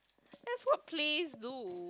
that's what plays do